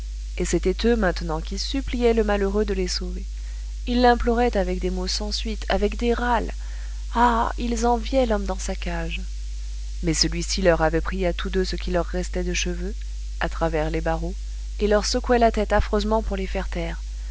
et c'étaient eux maintenant qui suppliaient le malheureux de les sauver ils l'imploraient avec des mots sans suite avec des râles ah ils enviaient l'homme dans sa cage mais celui-ci leur avait pris à tous deux ce qui leur restait de cheveux à travers les barreaux et leur secouait la tête affreusement pour les faire taire